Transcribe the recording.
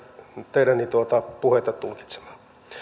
teidän puheitanne tulkitsemaan